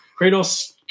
Kratos